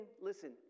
listen